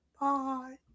bye